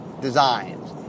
designs